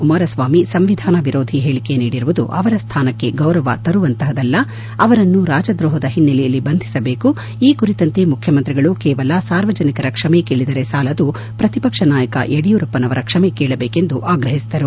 ಕುಮಾರಸ್ವಾಮಿ ಸಂವಿಧಾನ ವಿರೋಧಿ ಹೇಳಿಕೆ ನೀಡಿರುವುದು ಅವರ ಸ್ಥಾನಕ್ಕೆ ಗೌರವತರುವಂತಪದಲ್ಲಅವರನ್ನು ರಾಜ ದ್ರೋಪದ ಹಿನ್ನಲೆಯಲ್ಲಿ ಬಂಧಿಸಬೇಕು ಈ ಕುರಿತಂತೆ ಮುಖ್ಯಮಂತ್ರಿಗಳು ಕೇವಲ ಸಾರ್ವಜನಿಕರ ಕ್ಷಮ ಕೇಳಿದರೆ ಸಾಲದು ಪ್ರತಿಪಕ್ಷನಾಯಕ ಯಡಿಯೂರಪ್ಪನವರ ಕ್ಷಮೆಕೇಳಬೇಕೆಂದು ಆಗ್ರಹಿಸಿದರು